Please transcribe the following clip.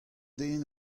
den